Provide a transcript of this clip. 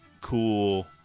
cool